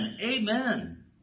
Amen